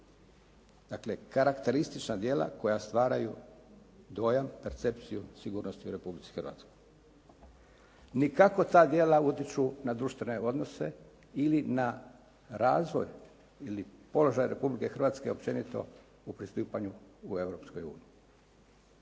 Dakle, karakteristična djela koja stvaraju dojam, percepciju sigurnosti u Republici Hrvatskoj ni kako ta djela utječu na društvene odnose ili na razvoj ili položaj Republike Hrvatske općenito u pristupanju u